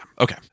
Okay